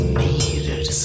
needed